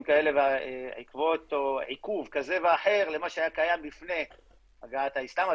או עיכוב כזה ואחר למה שהיה קיים לפני הגעת האיסלם.